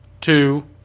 two